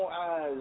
eyes